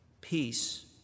peace